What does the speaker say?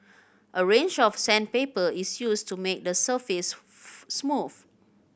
a range of sandpaper is used to make the surface smooth